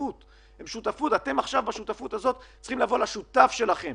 אתם צריכים לבוא לשותף שלכם